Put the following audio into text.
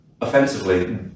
offensively